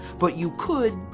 but you could,